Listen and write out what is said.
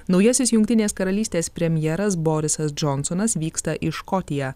naujasis jungtinės karalystės premjeras borisas džonsonas vyksta į škotiją